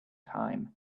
time